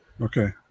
Okay